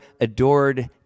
adored